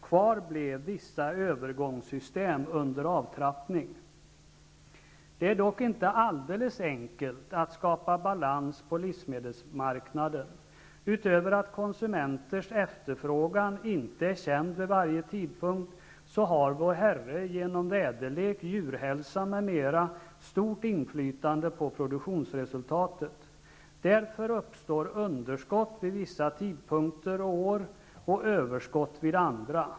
Kvar blev vissa övergångssystem under avtrappning. Det är dock inte alldeles enkelt att skapa balans på livsmedelsmarknaden. Utöver att efterfrågan från konsumenterna inte är känd vid varje tidpunkt har vår Herre genom väderlek, djurhälsa m.m. stort inflytande på produktionsresultatet. Därför uppstår underskott vid vissa tidpunkter och år och överskott vid andra.